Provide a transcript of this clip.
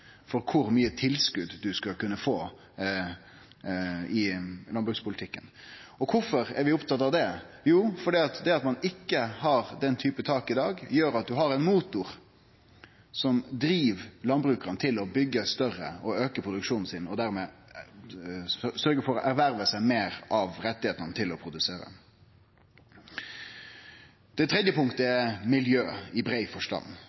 for kor mykje tilskot ein skal kunne få i landbrukspolitikken. Kvifor er vi opptatt av det? Jo, fordi det at ein ikkje har den typen tak i dag, gjer at ein har ein motor som driv gardbrukarane til å byggje større og auke produksjonen sin, og som dermed sørgjer for å erverve seg meir av rettane til å produsere. Det tredje punktet er miljø, i brei forstand.